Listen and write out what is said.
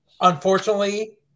unfortunately